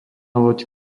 loď